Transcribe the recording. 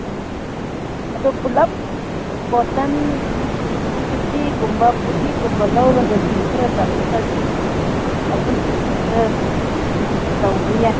ꯎꯝ ꯑꯗꯣ ꯄꯨꯂꯞ ꯕꯣꯇꯟ ꯐꯤꯐꯇꯤꯒꯨꯝꯕ ꯐꯣꯔꯇꯤꯒꯨꯝꯕ ꯂꯧꯔꯒꯗꯤ ꯈꯔ ꯇꯥꯊꯣꯛ ꯇꯥꯁꯤꯟ ꯑꯄꯨꯟꯕ ꯈꯔ ꯇꯧꯕ ꯌꯥꯏ